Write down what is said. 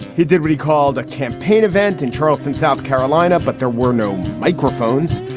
he did what he called a campaign event in charleston, south carolina. but there were no microphones.